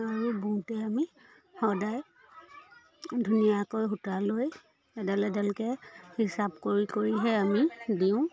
আৰু বওঁতে আমি সদায় ধুনীয়াকৈ সূতা লৈ এডাল এডালকৈ হিচাপ কৰি কৰিহে আমি দিওঁ